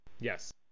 Yes